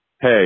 hey